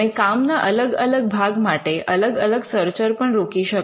તમે કામના અલગ અલગ ભાગ માટે અલગ અલગ સર્ચર પણ રોકી શકો